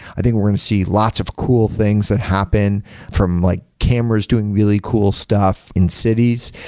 i think we're going to see lots of cool things that happen from like cameras doing really cool stuff in cities.